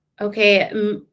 okay